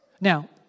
Now